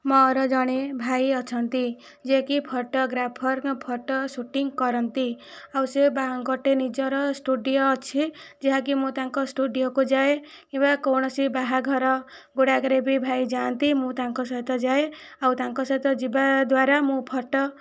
ମୋର ଜଣେ ଭାଇ ଅଛନ୍ତି ଯିଏକି ଫଟୋଗ୍ରାଫର କିମ୍ବା ଫଟୋ ସୁଟିଂ କରନ୍ତି ଆଉ ସେ ବା ଗୋଟିଏ ନିଜର ଷ୍ଟୂଡ଼ିଓ ଅଛି ଯାହାକି ମୁଁ ତାଙ୍କ ଷ୍ଟୂଡ଼ିଓକୁ ଯାଏ କିମ୍ବା କୌଣସି ବାହାଘର ଗୁଡ଼ାକରେ ବି ଭାଇ ଯାଆନ୍ତି ମୁଁ ତାଙ୍କ ସହିତ ଯାଏ ଆଉ ତାଙ୍କ ସହିତ ଯିବା ଦ୍ଵାରା ମୁଁ ଫଟୋ